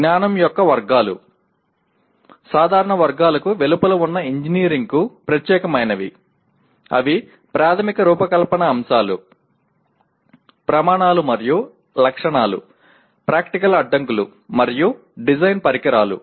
జ్ఞానం యొక్క వర్గాలు సాధారణ వర్గాలకు వెలుపల ఉన్న ఇంజనీరింగ్కు ప్రత్యేకమైనవి అవి ప్రాథమిక రూపకల్పన అంశాలు ప్రమాణాలు మరియు లక్షణాలు ప్రాక్టికల్ అడ్డంకులు మరియు డిజైన్ పరికరాలు